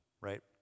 right